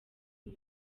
uyu